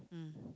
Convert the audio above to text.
mm